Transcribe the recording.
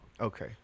Okay